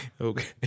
Okay